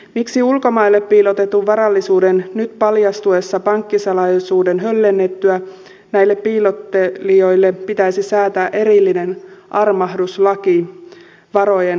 miksi ulkomaille piilotetun varallisuuden nyt paljastuessa kun pankkisalaisuus on höllentynyt näille piilottelijoille pitäisi säätää erillinen armahduslaki varojen paljastuttua